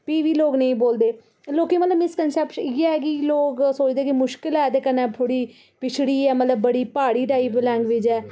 फ्ही बी लोग नेईं बोलदे लोके मतलब मिसकन्सेप्शन इ'यै की लोग सोचदे की मुश्किल ऐ ते कन्ने थोह्ड़ी पिछड़ी ऐ मतलब बड़ी पहाड़ी टाइप लैंग्वेज ऐ